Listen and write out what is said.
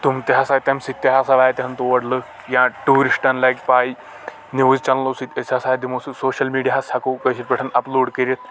تم تہِ ہسا تَمہِ سۭتۍ تہِ ہسا واتہٕ ہان تور لُکھ یا ٹیوٗرِسٹن لگہِ پے نیوٗز چنلو سۭتۍ أسۍ ہسا دِمو سُہ سوشل میٖڈیاہس ہیکَو کأشِر پأٹھۍ اپلوڈ کٔرِتھ